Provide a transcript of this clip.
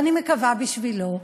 ואני מקווה בשבילו,